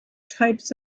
types